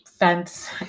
fence